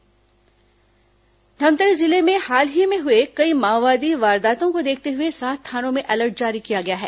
धमतरी थाना अलर्ट धमतरी जिले में हाल ही में हुए कई माओवादी वारदातों को देखते हुए सात थानों में अलर्ट जारी किया गया है